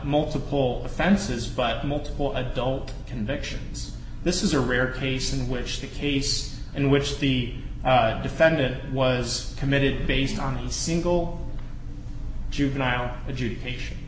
multiple offenses but multiple adult convictions this is a rare case in which the case in which the defended was committed based on a single juvenile adjudication